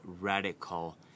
radical